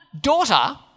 Daughter